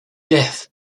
death